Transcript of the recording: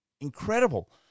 Incredible